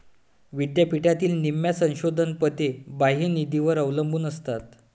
विद्यापीठातील निम्म्या संशोधन पदे बाह्य निधीवर अवलंबून असतात